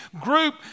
group